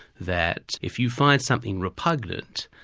that if you find something repugnant,